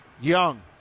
Young